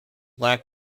lack